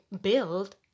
build